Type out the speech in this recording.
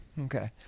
Okay